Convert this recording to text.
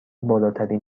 بالاترین